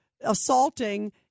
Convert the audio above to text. assaulting